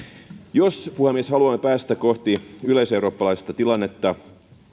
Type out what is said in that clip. jos puhemies haluamme päästä kohti yleiseurooppalaista tilannetta